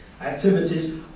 activities